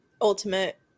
ultimate